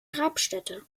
grabstätte